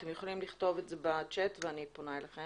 אתם יכולים לכתוב את זה בצ'ט ואני פונה אליכם.